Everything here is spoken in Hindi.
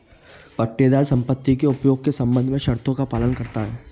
पट्टेदार संपत्ति के उपयोग के संबंध में शर्तों का पालन करता हैं